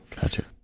gotcha